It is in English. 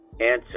Answer